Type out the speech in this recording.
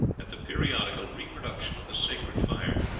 at the periodical reproduction of the sacred fire,